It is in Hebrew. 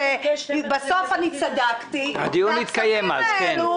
בסוף אני צדקתי והכספים האלה,